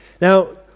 Now